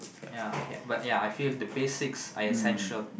ya okay but ya I feel the basics are essential